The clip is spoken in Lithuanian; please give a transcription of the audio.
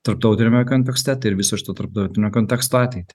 tarptautiniame kontekste tai ir viso šito tarptautinio konteksto ateitį